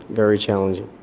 very challenging.